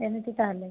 ଏମିତି ତାହେଲେ